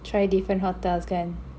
try different hotels kan